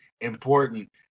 important